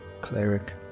cleric